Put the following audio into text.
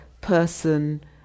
person